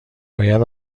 باید